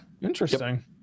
Interesting